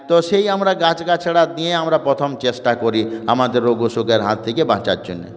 তো সেই আমরা গাছগাছরা দিয়ে আমরা প্রথম চেষ্টা করি আমাদের রোগ অসুখের হাত থেকে বাঁচার জন্যে